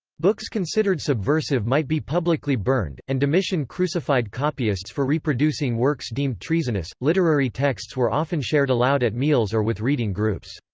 books considered subversive might be publicly burned, and domitian crucified copyists for reproducing works deemed treasonous literary texts were often shared aloud at meals or with reading groups.